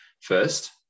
first